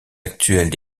actuelles